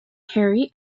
harry